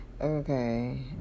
okay